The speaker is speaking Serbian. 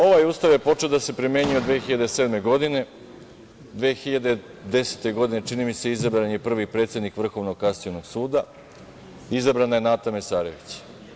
Ovaj Ustav je počeo da se primenjuje od 2007. godine, 2010. godine, čini mi se, izabran je prvi predsednik Vrhovnog kasacionog suda, Nata Mesarović.